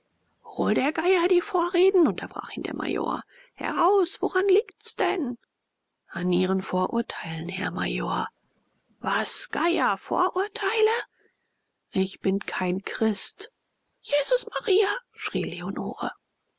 hol der geier die vorreden unterbrach ihn der major heraus woran liegt's denn an ihren vorurteilen herr major was geier vorurteile ich bin kein christ jesus maria schrie leonore